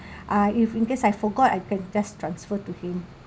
uh if in case I forgot I can just transfer to him